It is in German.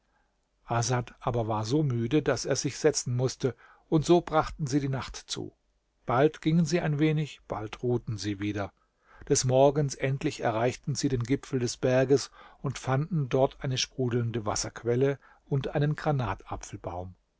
aber war so müde daß er sich setzen mußte und so brachten sie die nacht zu bald gingen sie ein wenig bald ruhten sie wieder des morgens endlich erreichten sie den gipfel des berges und fanden dort eine sprudelnde wasserquelle und einen